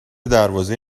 دروازه